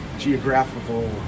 Geographical